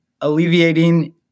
alleviating